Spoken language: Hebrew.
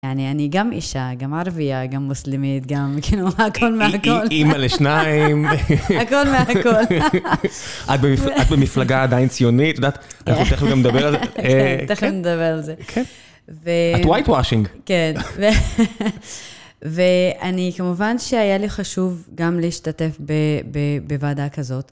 אני גם אישה, גם ערבייה, גם מוסלמית, גם, כאילו, הכל מהכל. אימא לשניים. הכל מהכל. את במפלגה עדיין ציונית, את יודעת? אנחנו תכף גם נדבר על זה. כן, תכף נדבר על זה. כן. את whitewashing. כן. ואני, כמובן שהיה לי חשוב גם להשתתף בוועדה כזאת.